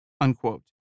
unquote